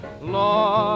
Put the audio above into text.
Lord